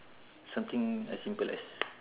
something as simple as